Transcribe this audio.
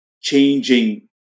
changing